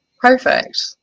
Perfect